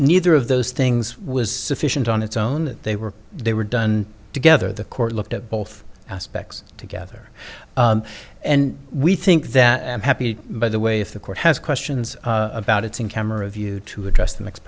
neither of those things was sufficient on its own they were they were done together the court looked at both aspects together and we think that happy by the way if the court has questions about it's in camera view to address the next